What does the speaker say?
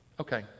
okay